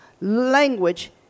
language